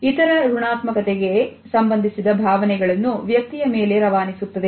ಇತರ ಋಣಾತ್ಮಕತೆ ಗೆ ಸಂಬಂಧಿಸಿದ ಭಾವನೆಗಳನ್ನು ವ್ಯಕ್ತಿಯ ಮೇಲೆ ರವಾನಿಸುತ್ತದೆ